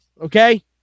okay